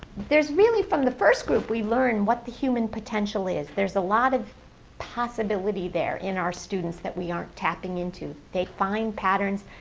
there's really from the first group we learn what the human potential is. there's a lot of possibility there in our students that we aren't tapping into. they find patterns.